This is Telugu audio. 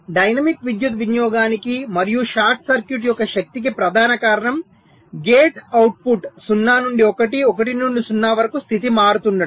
డైనమిక్ విద్యుత్ వినియోగానికి మరియు షార్ట్ సర్క్యూట్ యొక్క శక్తికి ప్రధాన కారణం గేట్ అవుట్పుట్ 0 నుండి 1 1 నుండి 0 వరకు స్థితి మారుతుండడం